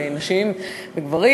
ונשים וגברים,